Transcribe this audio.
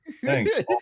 thanks